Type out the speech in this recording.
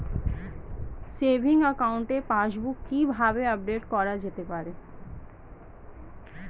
Savings একাউন্টের passbook কি কিভাবে আপডেট করা যেতে পারে?